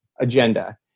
agenda